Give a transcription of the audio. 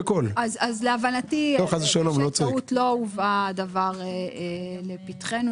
להבנתי, בשל טעות לא הובא הדבר לפתחנו.